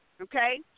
okay